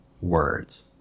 words